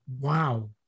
wow